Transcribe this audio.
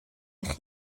eich